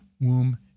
womb